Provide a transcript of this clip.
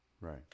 right